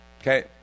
Okay